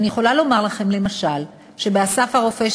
ואני יכולה לומר לכם למשל שב"אסף הרופא",